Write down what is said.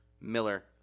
Miller